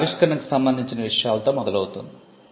ఇది ఆవిష్కరణకు సంబంధించిన విషయాలతో మొదలవుతుంది